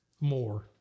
more